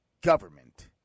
government